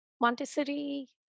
Montessori